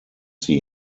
sie